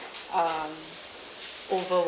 um overworked